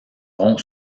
rond